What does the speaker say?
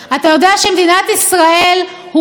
כשמדינת ישראל הוקמה,